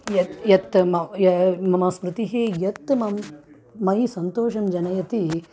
यत् यत् म ये मम स्मृतिः यत् मम मयि सन्तोषं जनयति